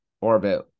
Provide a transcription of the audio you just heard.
orbit